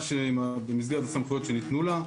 במסגרת הסמכויות שניתנו לה.